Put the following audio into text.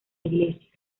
iglesia